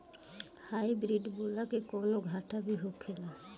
Hybrid बोला के कौनो घाटा भी होखेला?